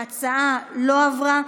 ההצעה לא עברה.